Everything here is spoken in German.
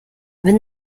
wenn